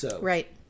Right